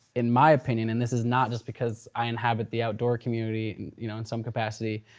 in my opinion, and this is not just because i inhabit the outdoor community and you know in some capacity.